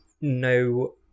no